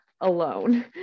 alone